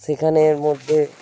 সেখানের মধ্যে